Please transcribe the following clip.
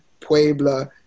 Puebla